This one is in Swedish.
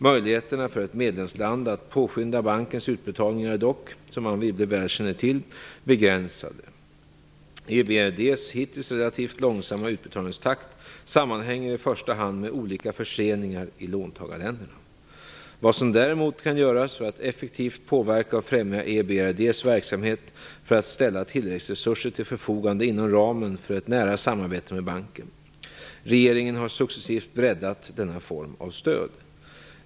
Möjligheterna för ett medlemsland att påskynda bankens utbetalningar är dock, som Anne Wibble väl känner till, begränsade. EBRD:s hittills relativt långsamma utbetalningstakt sammanhänger i första hand med olika förseningar i låntagarländerna. Vad som däremot kan göras för att effektivt påverka och främja EBRD:s verksamhet är att ställa tilläggsresurser till förfogande inom ramen för ett nära samarbete med banken. Regeringen har successivt breddat denna form av stöd.